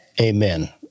Amen